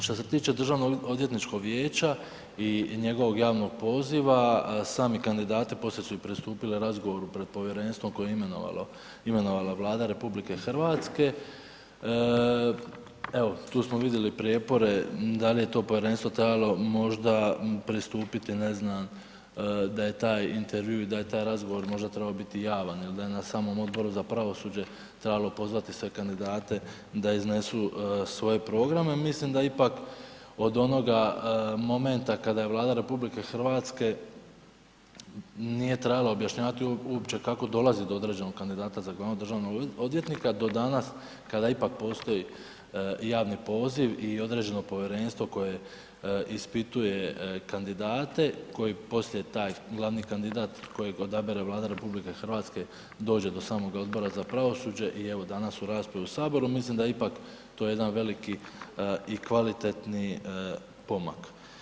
Što se tiče Državnoodvjetničkog vijeća i njegovog javnog poziva, sami kandidati poslije su i pristupili razgovoru pred povjerenstvom koje je imenovala Vlada RH, evo tu smo vidjeli prijepore da li je to povjerenstvo trebalo možda pristupiti ne znam, da je taj intervju, da je taj razgovor možda trebao biti javan ili da je na samom Odboru za pravosuđe trebalo pozvati sve kandidate da iznesu svoje programe, mislim da ipak od onog momenta kada je Vlada RH, nije trebalo objašnjavati uopće kako dolazi do određenog kandidata za glavnog državnog odvjetnika do danas kada ipak postoji javni poziv i određeno povjerenstvo koje ispituje kandidate koji poslije taj glavni kandidat kojeg odabere Vlada RH dođe do samoga Odbora za pravosuđe i evo danas u raspravi u Saboru, mislim da je ipak to jedan veliki i kvalitetni pomak.